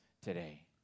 today